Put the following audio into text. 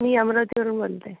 मी अमरावतीवरून बोलते